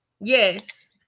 Yes